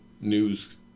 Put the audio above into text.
news